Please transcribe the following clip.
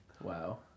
Wow